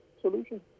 solution